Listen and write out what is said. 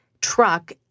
truck